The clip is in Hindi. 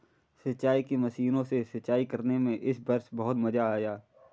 सिंचाई की मशीनों से सिंचाई करने में इस वर्ष बहुत मजा आया